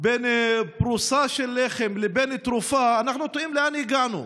בין פרוסה של לחם לבין תרופה אנחנו תוהים לאן הגענו.